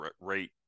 rate